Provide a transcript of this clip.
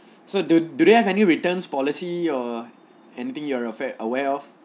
so do do they have any returns policy or anything you are affair aware of